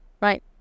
right